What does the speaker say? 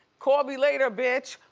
call me later, bitch.